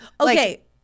Okay